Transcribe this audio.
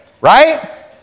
right